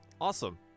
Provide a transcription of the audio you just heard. Awesome